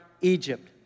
Egypt